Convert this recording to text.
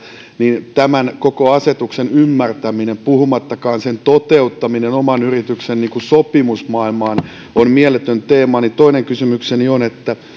niin tämän koko asetuksen ymmärtäminen puhumattakaan sen toteuttamisesta oman yrityksen sopimusmaailmaan on mieletön teema ja toinen kysymykseni on